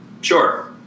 Sure